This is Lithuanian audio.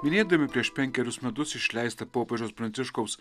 minėdami prieš penkerius metus išleistą popiežiaus pranciškaus